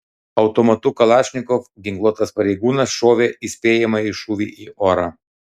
automatu kalašnikov ginkluotas pareigūnas šovė įspėjamąjį šūvį į orą